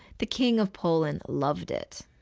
the king of poland loved it.